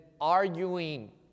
arguing